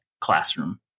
classroom